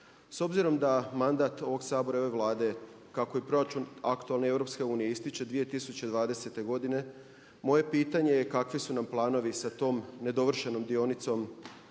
S obzirom da mandat ovog Sabora i ove Vlade kako i proračun aktualne EU ističe 2020. godine moje pitanje je kakvi su nam planovi sa tom nedovršenom dionicom